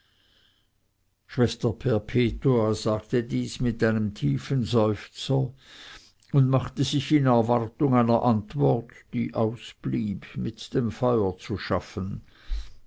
schwester perpetua sagte dies mit einem tiefen seufzer und machte sich in erwartung einer antwort die ausblieb mit dem feuer zu schaffen